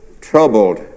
Troubled